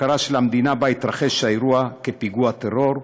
הכרה של המדינה שבה התרחש האירוע באירוע כפיגוע טרור,